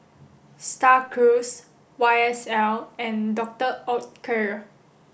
Star Cruise Y S L and Doctor Oetker